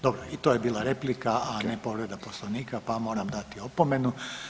Dobro i to je bila replika, a ne povreda poslovnika pa vam moram dati opomenu.